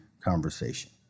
conversation